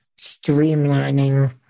streamlining